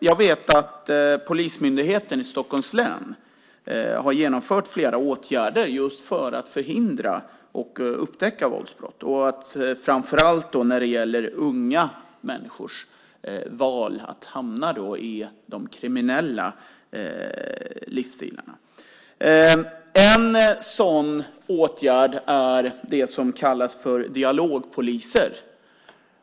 Jag vet att Polismyndigheten i Stockholms län har vidtagit flera åtgärder just för att förhindra och upptäcka våldsbrott framför allt bland unga människor och för att förhindra att de hamnar i en kriminell livsstil. En sådan åtgärd handlar om dialogpoliser.